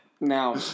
Now